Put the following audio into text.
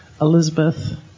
Elizabeth